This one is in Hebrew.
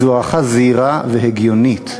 זו הערכה זהירה והגיונית.